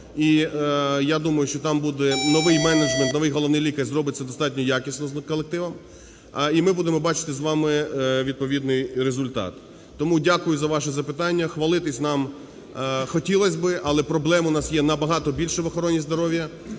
І я думаю, що там буде новий менеджмент, новий головний лікар зробить це достатньо якісно з колективом, і ми будемо бачити з вами відповідний результат. Тому дякую за ваші запитання. Хвалитися нам хотілось би, але проблем у нас є набагато більше в охороні здоров'я,